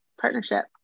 partnership